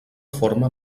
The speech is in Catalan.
forma